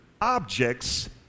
objects